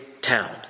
town